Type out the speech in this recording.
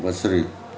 बसरी